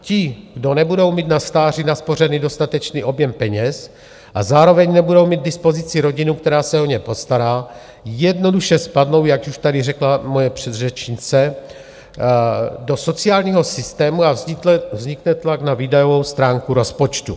Ti, kdo nebudou mít na stáří naspořený dostatečný objem peněz a zároveň nebudou mít k dispozici rodinu, která se o ně postará, jednoduše spadnou, jak už tady řekla moje předřečnice, do sociálního systému a vznikne tlak na výdajovou stránku rozpočtu.